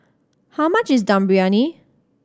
how much is Dum Briyani